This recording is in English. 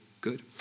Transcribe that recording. good